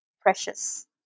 precious